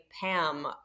Pam